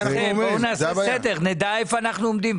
בואו נעשה סדר ונדע היכן אנחנו עומדים.